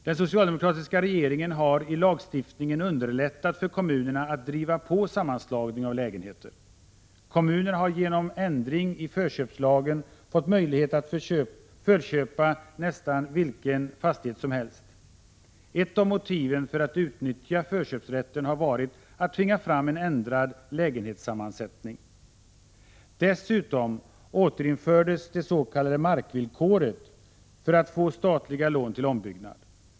Den socialdemokratiska regeringen har i lagstiftningen underlättat för kommunerna att driva på sammanslagning av lägenheter. Kommunerna har genom ändring i förköpslagen fått möjlighet att förköpa nästan vilken fastighet som helst. Ett av motiven för att utnyttja förköpsrätten har varit att tvinga fram en ändrad lägenhetssammansättning. Dessutom återinfördes det s.k. markvillkoret för att få statliga lån till ombyggnad.